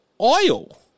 oil